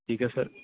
ਠੀਕ ਹੈ ਸਰ